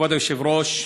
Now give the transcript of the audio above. כבוד היושב-ראש,